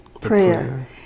prayer